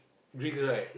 drink right